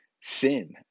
sin